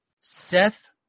Seth